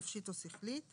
נפשית או שכלית,